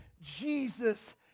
Jesus